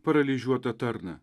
paralyžiuotą tarną